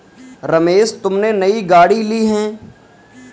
रमेश तुमने नई गाड़ी ली हैं